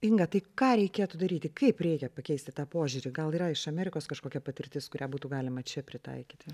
inga tai ką reikėtų daryti kaip reikia pakeisti tą požiūrį gal yra iš amerikos kažkokia patirtis kurią būtų galima čia pritaikyti